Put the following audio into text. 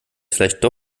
vielleicht